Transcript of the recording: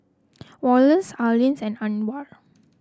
Wallace Arleen and Anwar